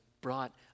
brought